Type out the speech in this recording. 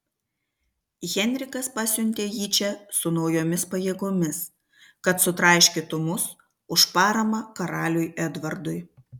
henrikas pasiuntė jį čia su naujomis pajėgomis kad sutraiškytų mus už paramą karaliui edvardui